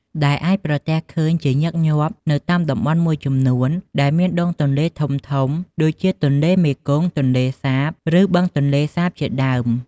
ដែលអាចប្រទះឃើញជាញឹកញាប់នៅតាមតំបន់មួយចំនួនដែលមានដងទន្លេធំៗ ដូចជាទន្លេមេគង្គ ទន្លេសាប ឬបឹងទន្លេសាបជាដើម។